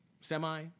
Semi